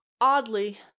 Oddly